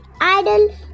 idol